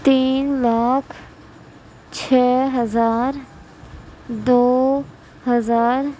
تین لاکھ چھ ہزار دو ہزار